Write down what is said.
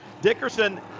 Dickerson